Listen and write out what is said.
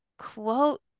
quote